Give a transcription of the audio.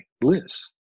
bliss